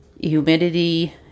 Humidity